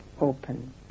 open